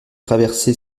traversé